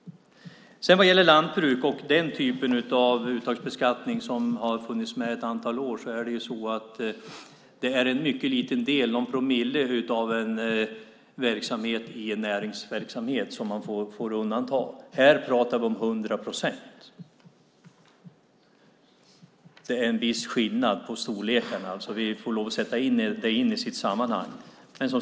När det gäller lantbruk och den typen av uttagsbeskattning som har varit med ett antal år är det en mycket liten del, någon promille, av verksamheten i en näringsverksamhet som man får undanta. Här pratar vi om hundra procent. Det är en viss skillnad i storlek. Vi måste sätta in det i sitt sammanhang.